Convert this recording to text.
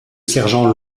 sergent